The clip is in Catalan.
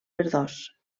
verdós